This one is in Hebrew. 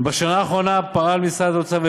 בשנה האחרונה פעל משרד האוצר,